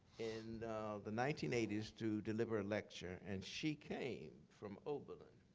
in the nineteen eighty s, to deliver a lecture and she came from oberlin.